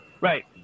right